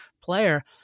player